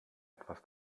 etwas